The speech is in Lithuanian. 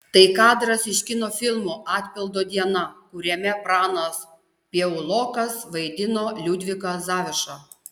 tai kadras iš kino filmo atpildo diena kuriame pranas piaulokas vaidino liudviką zavišą